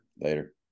Later